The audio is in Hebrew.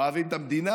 אוהבים את המדינה,